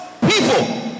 people